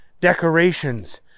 decorations